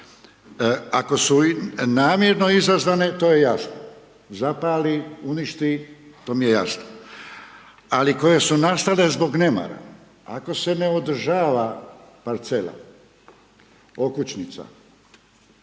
Ako su i namjerno izazvane, to je jasno. Zapali, uništi, to mi je jasno. Ali, koje su nastale zbog nemara, ako se ne održava parcela, okućnica,